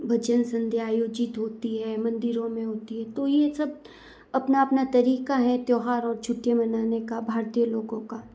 भजन संध्या आयोजित होती है मंदिरों में होती है तो यह सब अपना अपना तरीका है त्योहार और छुट्टियां मनाने का भारतीय लोगों का